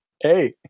Hey